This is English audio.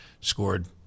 scored